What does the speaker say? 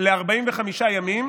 ל-45 ימים,